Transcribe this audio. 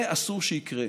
זה אסור שיקרה.